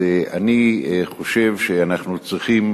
אני חושב שאנחנו צריכים